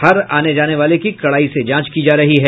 हर आने जाने वाले की कड़ाई से जांच की जा रही है